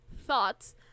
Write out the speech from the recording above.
thoughts